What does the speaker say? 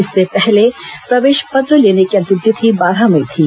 इससे पहले प्रवेश पत्र लेने की अंतिम तिथि बारह मई थी